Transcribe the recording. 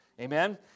Amen